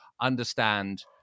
understand